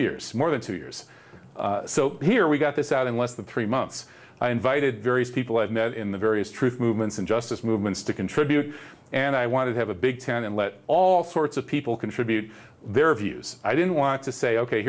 years more than two years so here we got this out in less than three months i invited various people i've met in the various truth movements and justice movements to contribute and i want to have a big tent and let all sorts of people contribute their views i didn't want to say ok